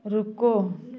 रुको